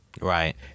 Right